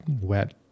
wet